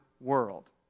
world